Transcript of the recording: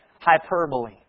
Hyperbole